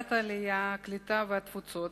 ועדת העלייה, הקליטה והתפוצות